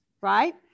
right